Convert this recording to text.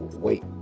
wait